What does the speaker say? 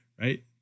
right